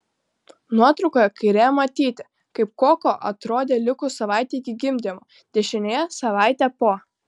nuotraukoje kairėje matyti kaip koko atrodė likus savaitei iki gimdymo dešinėje savaitė po